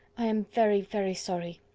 i am very, very sorry.